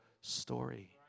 story